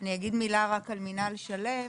אני אגיד מילה רק על מינהל של"מ.